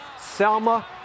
Selma